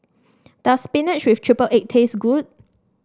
does spinach with triple egg taste good